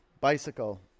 Bicycle